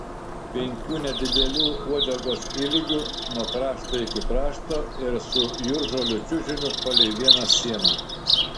penkių nedidelių uodegos ilgių nuo krašto iki krašto ir su jūržolių čiužiniu palei vieną sieną